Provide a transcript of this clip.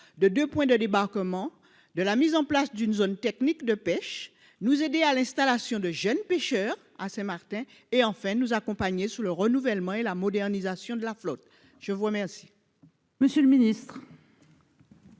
de 2 points de débarquement de la mise en place d'une zone technique de pêche nous aider à l'installation de jeunes pêcheurs à Martin et en fait nous accompagner sur le renouvellement et la modernisation de la flotte, je vois merci.